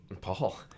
Paul